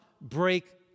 break